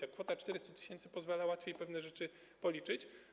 A kwota 400 tys. pozwala łatwiej pewne rzeczy policzyć.